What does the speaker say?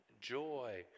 joy